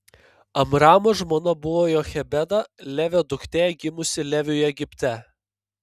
amramo žmona buvo jochebeda levio duktė gimusi leviui egipte